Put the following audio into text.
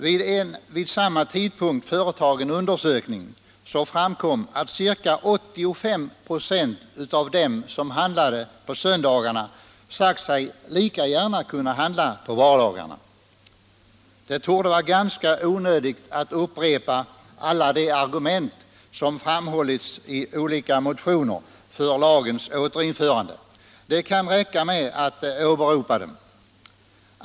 Vid en vid samma tidpunkt företagen undersökning framkom att ca 85 926 av dem som handlade på söndagarna sade sig lika gärna kunna handla på vardagarna. Det torde vara ganska onödigt att upprepa alla de argument som framförs i motionerna för lagens återinförande, det kan räcka med att åberopa dem.